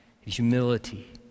humility